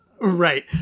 Right